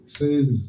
says